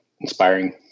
inspiring